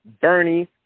Bernie